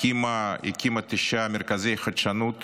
הקימה תשעה מרכזי חדשנות